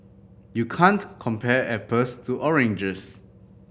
you can't compare apples to oranges